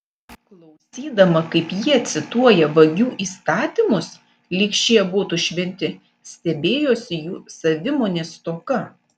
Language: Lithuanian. klausydama kaip jie cituoja vagių įstatymus lyg šie būtų šventi stebėjosi jų savimonės stoka